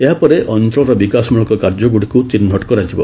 ଏହାପରେ ଅଞ୍ଚଳର ବିକାଶମୂଳକ କାର୍ଯ୍ୟଗୁଡ଼ିକୁ ଚିହ୍ନଟ କରାଯିବ